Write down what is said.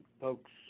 folks